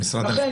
לכן,